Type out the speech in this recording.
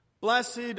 Blessed